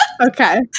okay